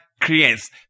creates